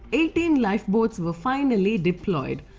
eighteen lifeboats were finally deployed.